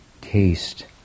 taste